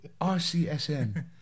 RCSN